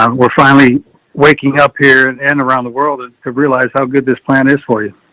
um we're finally waking up here and and around the world it's to realize how good this plan is for you.